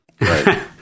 right